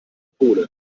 polen